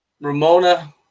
Ramona